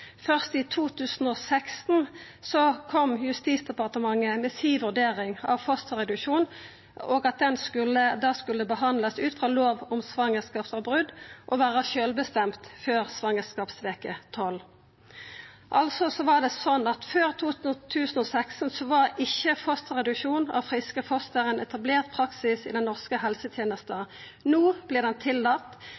i 2016 kom Justisdepartementet med si vurdering av fosterreduksjon, og at han skulle behandlast ut frå lov om svangerskapsavbrot og vera sjølvbestemt før svangerskapsveke tolv. Altså: Før 2016 var ikkje fosterreduksjon av friske foster ein etablert praksis i den norske helsetenesta.